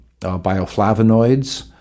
bioflavonoids